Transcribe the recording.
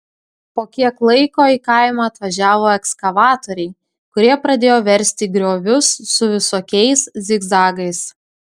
po kiek laiko į kaimą atvažiavo ekskavatoriai kurie pradėjo versti griovius su visokiais zigzagais